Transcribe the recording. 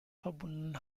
verbundenen